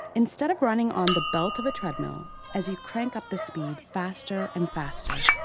instead of running on the belt of a treadmill as you crank up the speed faster and faster,